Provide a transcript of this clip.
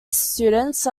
students